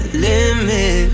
limit